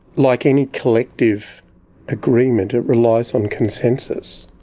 like any collective agreement, it relies on consensus.